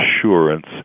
assurance